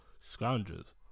scoundrels